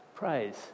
praise